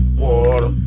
water